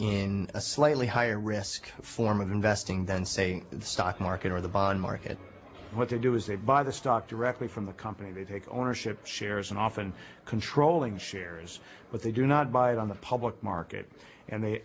in a slightly higher risk form of investing than say the stock market or the bond market what they do is they buy the stock directly from the company they take ownership shares and often controlling shares but they do not buy it on the public market and they